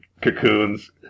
cocoons